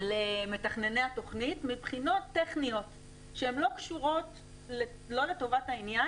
למתכנני התוכנית מבחינות טכניות שהן לא קשורות לא לטובת העניין